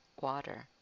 water